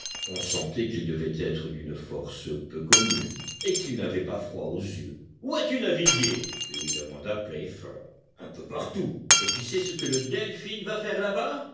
on sentait qu'il devait être d'une force peu commune et qu'il n'avait pas froid aux yeux où as-tu navigué lui demanda playfair un peu partout et tu sais ce que le delphin va faire là-bas